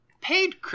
paid